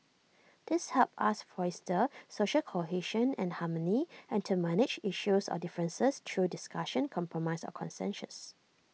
these help us foster social cohesion and harmony and to manage issues or differences through discussion compromise and consensus